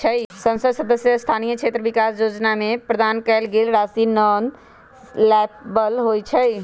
संसद सदस्य स्थानीय क्षेत्र विकास जोजना में प्रदान कएल गेल राशि नॉन लैप्सबल होइ छइ